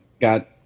got